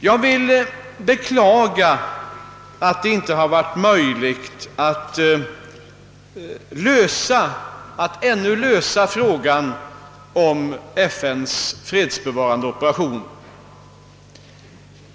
Jag beklagar att det ännu inte varit möjligt att lösa frågan om FN:s fredsbevarande operationer.